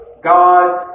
God